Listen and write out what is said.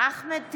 אחמד טיבי,